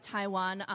Taiwan